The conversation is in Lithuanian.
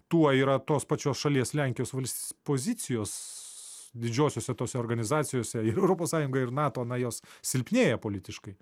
tuo yra tos pačios šalies lenkijos vals pozicijos didžiosiose tose organizacijose ir europos sąjungoje ir nato na jos silpnėja politiškai